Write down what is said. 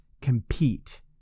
compete